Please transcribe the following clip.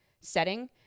setting